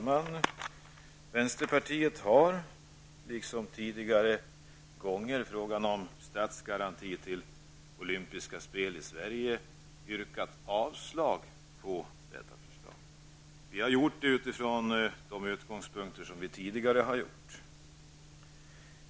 Herr talman! Vänsterpartiet har, liksom tidigare gånger då frågan om statsgaranti till olympiska spel i Sverige tagits upp, yrkat avslag på detta förslag. Vi har gjort detta utifrån de utgångspunkter vi tidigare har haft.